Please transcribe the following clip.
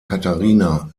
katharina